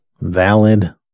valid